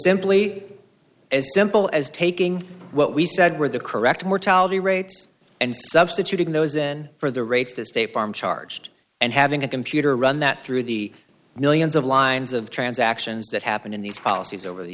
simply as simple as taking what we said were the correct mortality rates and substituting those in for the rates that state farm charged and having a computer run that through the millions of lines of transactions that happened in these policies over the